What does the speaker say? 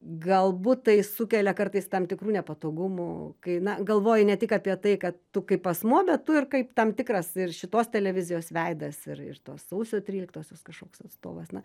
galbūt tai sukelia kartais tam tikrų nepatogumų kai na galvoji ne tik apie tai kad tu kaip asmuo bet tu ir kaip tam tikras ir šitos televizijos veidas ir ir tos sausio tryliktosios kažkoks atstovas na